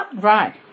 right